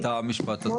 את המשפט הזה.